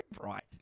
right